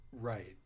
right